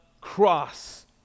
cross